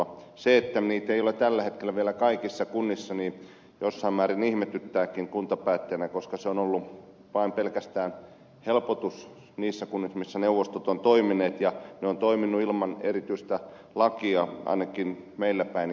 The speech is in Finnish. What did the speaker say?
se että niitä ei ole tällä hetkellä vielä kaikissa kunnissa jossain määrin ihmetyttääkin kuntapäättäjänä koska ne ovat olleet vain pelkästään helpotus niissä kunnissa missä neuvostot ovat toimineet ja ne ovat toimineet ilman erityistä lakia ainakin meillä päin